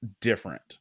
different